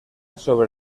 sobre